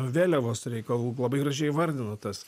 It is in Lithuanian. vėliavos reikalų labai gražiai įvardinot tas